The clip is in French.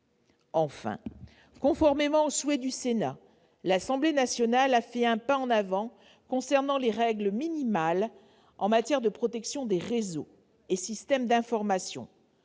Enfin, conformément aux souhaits du Sénat, l'Assemblée nationale a fait un pas en avant sur les règles minimales en matière de protection des réseaux et systèmes d'information,